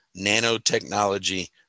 nanotechnology